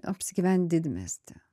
apsigyvent didmiesty